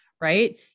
right